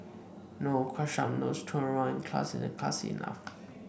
no crushed up notes thrown around in class isn't classy enough